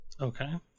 Okay